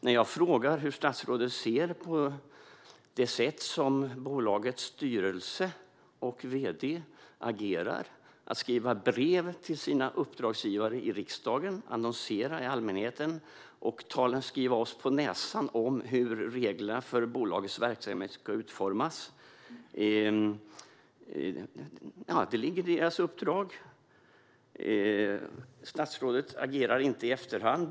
När jag frågar hur statsrådet ser på det sätt på vilket bolagets styrelse och vd agerar, när det gäller att skriva brev till sina uppdragsgivare i riksdagen, annonsera till allmänheten och skriva oss på näsan om hur reglerna för hur bolagets verksamhet ska utformas, får jag svaret att det ligger i deras uppdrag. Statsrådet agerar inte i efterhand.